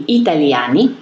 italiani